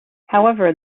however